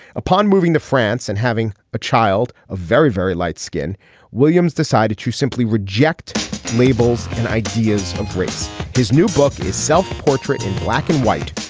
upon moving to france and having a child a very very light skin williams decided to simply reject labels and ideas of race his new book is self portrait in black and white.